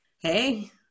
Hey